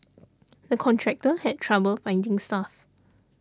the contractor had trouble finding staff